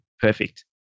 Perfect